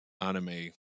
anime